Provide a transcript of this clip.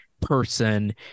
person